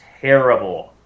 terrible